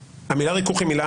המילה ריכוך היא מילה